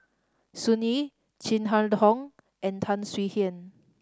Sun Yee Chin Harn Tong and Tan Swie Hian